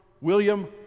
William